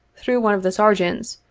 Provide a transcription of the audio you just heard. through one of the sergeants,